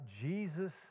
Jesus